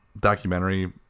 documentary